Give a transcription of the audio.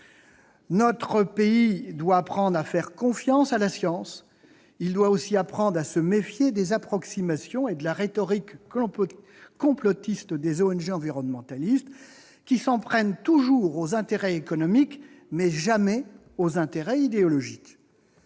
Notre pays doit apprendre à faire confiance à la science. Il doit aussi apprendre à se méfier des approximations et de la rhétorique « complotiste » des ONG environnementalistes, qui s'en prennent toujours aux intérêts économiques, mais jamais aux intérêts idéologiques.